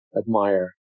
admire